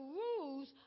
rules